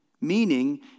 meaning